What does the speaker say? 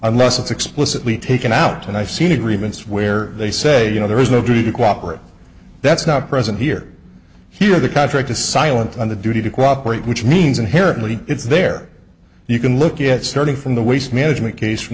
unless it's explicitly taken out and i've seen agreements where they say you know there is no duty to cooperate that's not present here here the contract is silent on the duty to cooperate which means inherently it's there you can look at it starting from the waste management case from